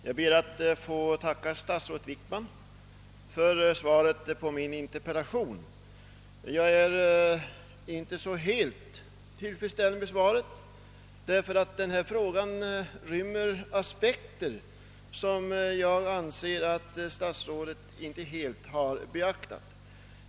Herr talman! Jag ber att få tacka statsrådet Wickman för svaret på min interpellation. Jag är inte helt tillfredsställd med svaret, ty den här frågan rymmer aspekter som jag anser att statsrådet inte har tillräckligt beaktat.